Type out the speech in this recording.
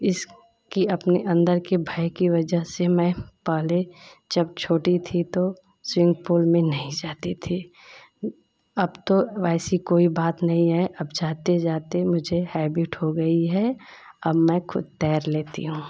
इस की अपने अंदर के भय के वजह से मैं पहले जब छोटी थी तो स्विम पूल में नहीं जाती थी अब तो वैसी कोई बात नहीं है अब जाते जाते मुझे हैबिट हो गई है अब मैं ख़ुद तैर लेती हूँ